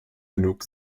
genug